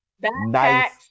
nice